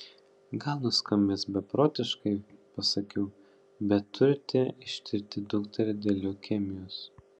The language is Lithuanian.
gal nuskambės beprotiškai pasakiau bet turite ištirti dukterį dėl leukemijos